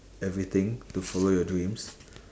everything to follow your dreams